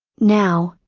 now,